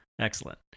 excellent